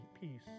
peace